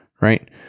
right